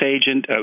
agent